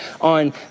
on